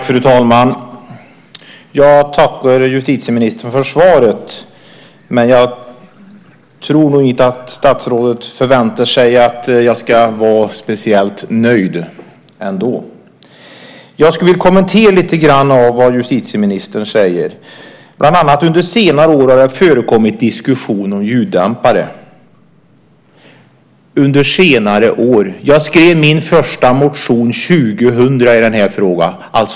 Fru talman! Jag tackar justitieministern för svaret, men jag tror inte att statsrådet förväntar sig att jag ska vara speciellt nöjd. Jag vill kommentera lite grann av det justitieministern har sagt, bland annat att det "under senare år har förekommit diskussioner" om ljuddämpare - "under senare år"! Jag väckte min första motion i frågan 2000.